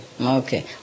Okay